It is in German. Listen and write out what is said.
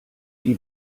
die